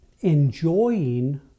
enjoying